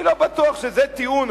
אני לא בטוח שזה טיעון,